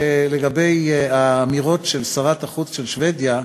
לגבי האמירות של שרת החוץ של שבדיה,